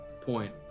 point